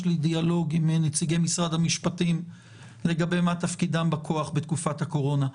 יש לי דיאלוג עם נציגי משרד המשפטים לגבי תפקידם בכוח בתקופת הקורונה.